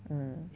mm